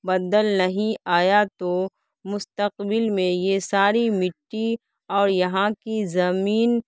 بدل نہیں آیا تو مستقبل میں یہ ساری مٹّی اور یہاں کی زمین